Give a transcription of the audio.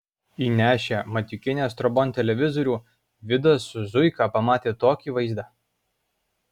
įnešę matiukienės trobon televizorių vidas su zuika pamatė tokį vaizdą